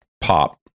pop